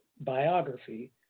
biography